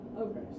Okay